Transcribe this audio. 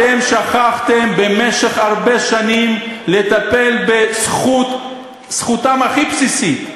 אתם שכחתם במשך הרבה שנים לטפל בזכותם הכי בסיסית,